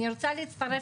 אני רוצה להצטרף,